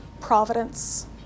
providence